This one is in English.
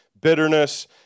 bitterness